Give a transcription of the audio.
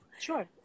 sure